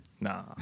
Nah